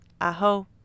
Aho